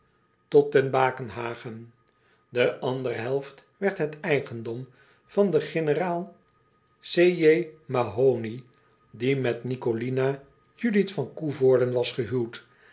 tot den akenhagen e andere helft werd het eigendom van den generaal ahony die met icolina udith van oeverden was gehuwd